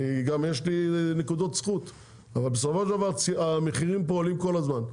יש לי גם נקודות זכות אבל בסופו של דבר המחירים עולים פה כל הזמן,